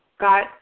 got